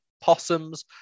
possums